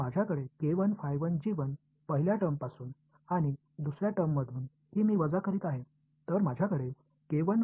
என்னவாக இருக்கும் எனவே முதல் வெளிப்பாட்டில் இருந்து நான் பெறுவேன் இரண்டாவது வெளிப்பாட்டில் இருந்து நான் அவற்றைக் கழிக்கிறேன்